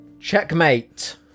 Checkmate